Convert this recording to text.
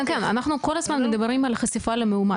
כן, כן, אנחנו כל הזמן מדברים על חשיפה למאומת.